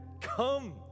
come